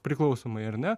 priklausomai ar ne